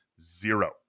zero